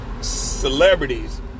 celebrities